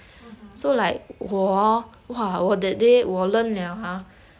mmhmm